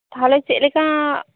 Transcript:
ᱛᱟᱦᱚᱞᱮ ᱪᱮᱫ ᱞᱮᱠᱟ